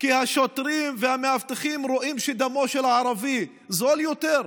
כי השוטרים והמאבטחים רואים שדמו של הערבי זול יותר,